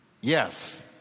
Yes